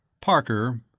Parker